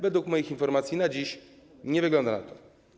Według moich informacji na dziś nie wygląda na to.